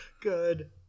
Good